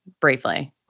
briefly